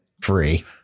free